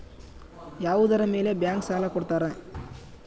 ಯಾವುದರ ಮೇಲೆ ಬ್ಯಾಂಕ್ ಸಾಲ ಕೊಡ್ತಾರ?